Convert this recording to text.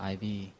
IV